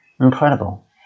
incredible